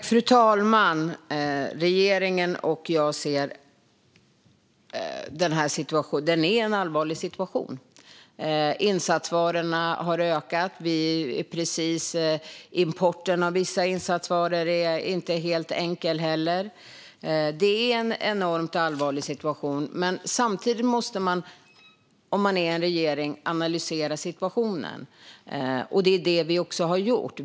Fru talman! Regeringen och jag ser att detta är en allvarlig situation. Insatsvarorna har ökat. Importen av vissa insatsvaror är inte heller helt enkel. Det är en enormt allvarlig situation. Samtidigt måste man som regering analysera situationen, och det är också det vi har gjort.